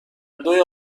دوی